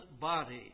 body